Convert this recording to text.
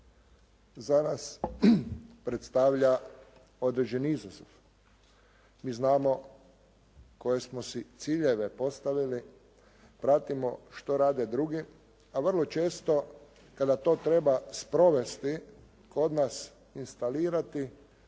za nas predstavlja određeni izazov. Mi znamo koje smo si ciljeve postavili, pratimo što rade drugi, a vrlo često kada to treba sprovesti kod nas instalirati